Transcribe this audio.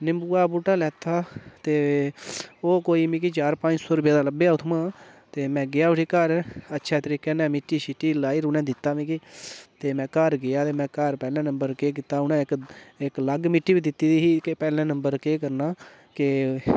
निम्बुआ बूह्टा लैता ते ओह् कोई मिगी चार पंज सौ रपेऽ दा लब्भेआ उत्थुआं ते में गेआ उठी घर अच्छे तरीके नै मिट्टी शिट्टी लाई'र उ'नें दित्ता मिगी ते में घर गेआ ते में घर पैह्ले नंबर केह् कीता उ'नें मिगी इक अलग मिट्टी बी दित्ती दी ही की पैह्ले नंबर केह् करना के